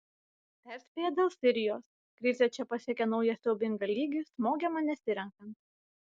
perspėja dėl sirijos krizė čia pasiekė naują siaubingą lygį smogiama nesirenkant